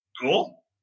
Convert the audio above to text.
cool